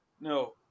No